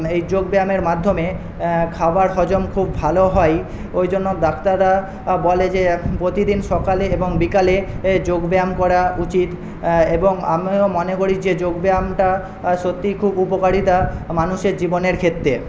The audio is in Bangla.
এই যোগব্যায়ামের মাধ্যমে খাবার হজম খুব ভালো হয় ওই জন্য ডাক্তাররা বলে যে প্রতিদিন সকালে এবং বিকালে যোগব্যায়াম করা উচিত এবং আমিও মনে করি যে যোগব্যায়ামটা সত্যিই খুব উপকারিতা মানুষের জীবনের ক্ষেত্রে